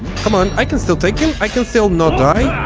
c'mon, i can still take you! i can still not die.